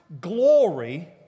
glory